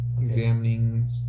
Examining